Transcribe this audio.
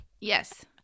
Yes